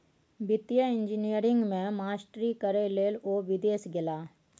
वित्तीय इंजीनियरिंग मे मास्टरी करय लए ओ विदेश गेलाह